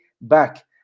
back